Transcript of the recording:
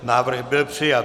Návrh byl přijat.